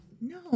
No